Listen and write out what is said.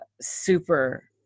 super